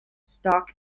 stock